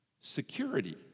security